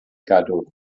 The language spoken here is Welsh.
gadw